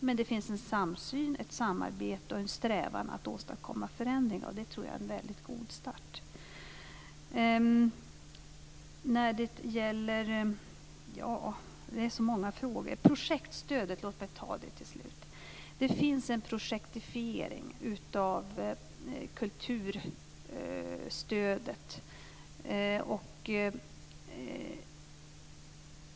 Men det finns ändå en samsyn, ett samarbete och en strävan att åstadkomma en förändring, och det tror jag är en väldigt god start. Jag har fått så många frågor. Låt mig till slut säga något om projektstödet. Det finns en "projektifiering" av kulturstödet.